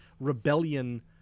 Rebellion